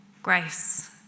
Grace